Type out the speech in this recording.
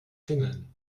klingeln